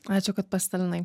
ačiū kad pasidalinai